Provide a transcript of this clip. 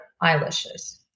eyelashes